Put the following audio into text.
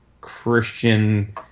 Christian